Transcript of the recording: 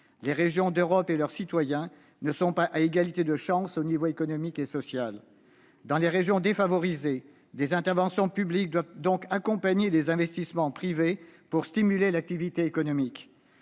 Les régions d'Europe et leurs citoyens ne sont pas à égalité de chances aux niveaux économique et social. « Dans les régions défavorisées, des interventions publiques doivent donc accompagner les investissements privés pour stimuler l'activité économique.